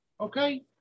Okay